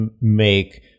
make